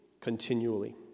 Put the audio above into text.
continually